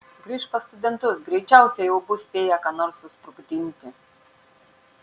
grįžk pas studentus greičiausiai jau bus spėję ką nors susprogdinti